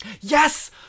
Yes